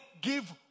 give